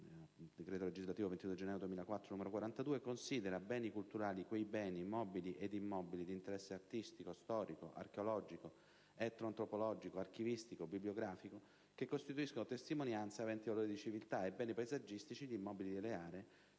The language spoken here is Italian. (decreto legislativo del 22 gennaio 2004, n. 42) - considera beni culturali quei beni mobili e immobili «di interesse artistico, storico, archeologico, etnoantropologico, archivistico e bibliografico che costituiscono testimonianze aventi valore di civiltà» e beni paesaggistici gli immobili e le aree